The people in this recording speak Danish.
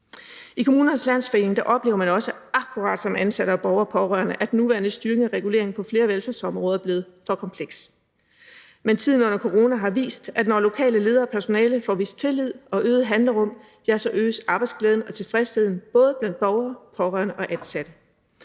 I Kommunernes Landsforening oplever man også – akkurat som ansatte og borgere og pårørende – at den nuværende styring og regulering på flere velfærdsområder er blevet for kompleks. Men tiden under corona har vist, at når lokale ledere og personale får vist tillid og får øget handlerum, ja, så øges arbejdsglæden og tilfredsheden både blandt borgere, pårørende og ansatte.